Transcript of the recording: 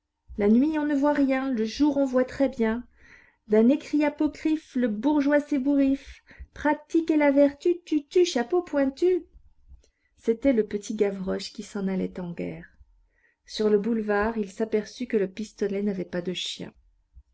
la nuit on ne voit rien le jour on voit très bien d'un écrit apocryphe le bourgeois s'ébouriffe pratiquez la vertu tutu chapeau pointu c'était le petit gavroche qui s'en allait en guerre sur le boulevard il s'aperçut que le pistolet n'avait pas de chien